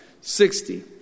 sixty